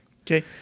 Okay